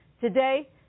Today